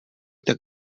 tak